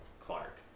Clark